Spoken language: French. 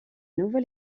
nouvel